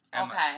Okay